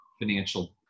financial